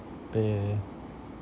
pay